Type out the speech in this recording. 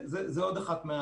זו עוד אחת מה